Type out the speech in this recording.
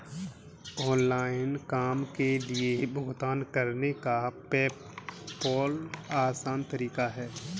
online काम के लिए भुगतान करने का पेपॉल आसान तरीका है